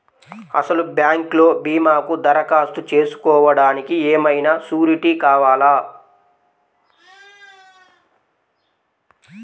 అసలు బ్యాంక్లో భీమాకు దరఖాస్తు చేసుకోవడానికి ఏమయినా సూరీటీ కావాలా?